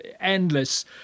endless